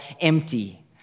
empty